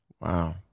Wow